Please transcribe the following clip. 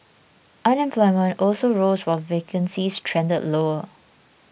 unemployment also rose while vacancies trended lower